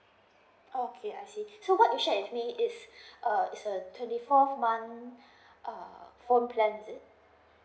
oh okay I see so what you shared with me is uh it's a twenty four month uh phone plan